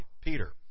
Peter